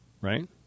right